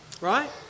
Right